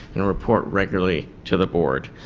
and report regularly to the board.